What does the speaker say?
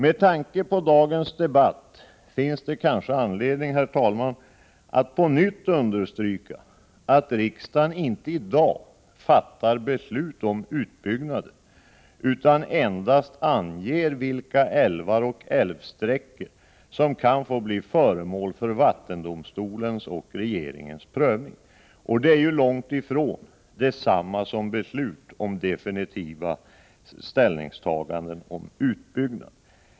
Med tanke på dagens debatt finns det kanske på nytt anledning understryka att riksdagen inte i dag fattar beslut om utbyggnader utan endast anger vilka älvar och älvsträckor som kan bli föremål för vattendomstolens och regeringens prövning. Det är långt ifrån detsamma som beslut och definitiva ställningstaganden om utbyggnad.